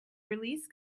release